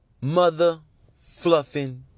mother-fluffin